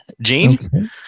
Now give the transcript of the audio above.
Gene